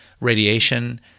radiation